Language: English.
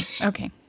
okay